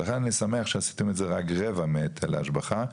לכן אני שמח שעשיתם את זה רק רבע מהיטל ההשבחה.